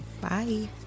Bye